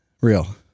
Real